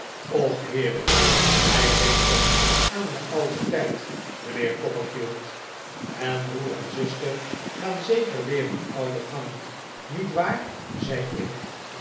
och heere wij denken aan den ouden tijd mijnheer copperfield en broer en zuster gaan zeker weer hun ouden gang niet waar zei ik